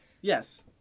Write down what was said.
Yes